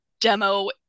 demo